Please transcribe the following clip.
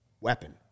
weapon